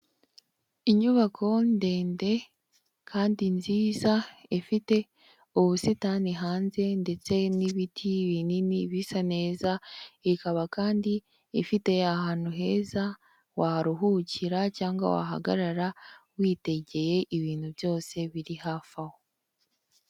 Inyubako ndende kandi nziza ifite ubusitani hanze ndetse n'ibiti binini bisa neza, ikaba kandi ifite ahantu heza waruhukira cyangwa wahagarara witegeye ibintu byose biri hafi aho.